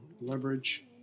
leverage